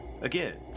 Again